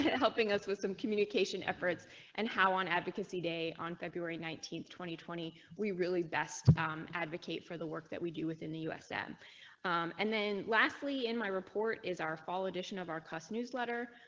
helping us with some communication efforts and how an advocacy day on february nineteen twenty twenty we really best advocate for the work that we do within the u s m and then lastly in my report is our fall edition of our custom newsletter.